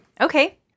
Okay